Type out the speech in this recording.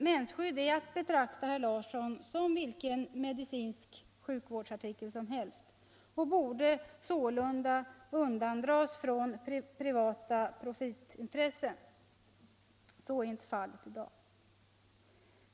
Mensskydd är, herr Larsson, att betrakta som vilken medicinsk sjukvårdsartikel som helst och borde sålunda undandras från privata profitintressen. Så är inte fallet i dag.